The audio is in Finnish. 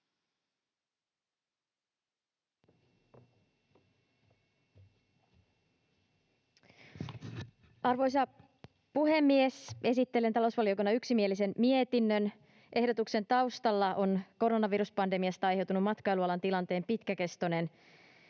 Arvoisa puhemies! Esittelen talousvaliokunnan yksimielisen mietinnön. Ehdotuksen taustalla on koronaviruspandemiasta aiheutunut matkailualan tilanteen pitkäkestoinen